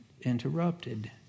interrupted